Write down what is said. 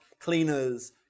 cleaners